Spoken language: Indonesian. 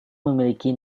memiliki